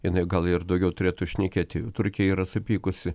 jinai gal ir daugiau turėtų šnekėti turkija yra supykusi